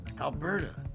alberta